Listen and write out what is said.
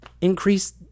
increase